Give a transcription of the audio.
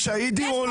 הם שהידים או לא?